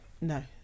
no